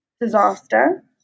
disaster